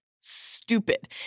stupid